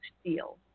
steel